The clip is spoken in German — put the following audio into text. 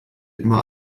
immer